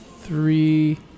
three